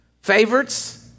favorites